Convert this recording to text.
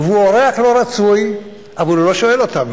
והוא אורח לא רצוי, אבל הוא לא שואל אותנו.